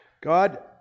God